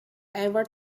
ever